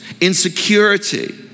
insecurity